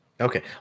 Okay